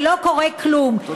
ולא קורה כלום,